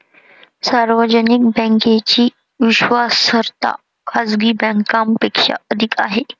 सार्वजनिक बँकेची विश्वासार्हता खाजगी बँकांपेक्षा अधिक आहे